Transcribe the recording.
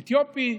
אתיופי,